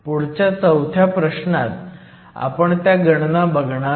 पुढच्या चौथ्या प्रश्नात आपण त्या गणना बघणार आहोत